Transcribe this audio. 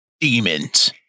Demons